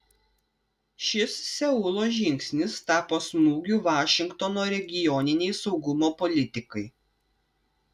šis seulo žingsnis tapo smūgiu vašingtono regioninei saugumo politikai